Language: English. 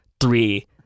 three